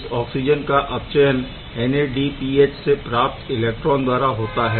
इस ऑक्सिजन का अपचयन NADPH से प्राप्त इलेक्ट्रॉन द्वारा होता है